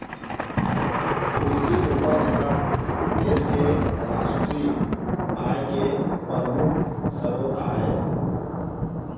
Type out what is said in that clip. कृषि उपज ह देश के रास्टीय आय के परमुख सरोत आय